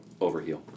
Overheal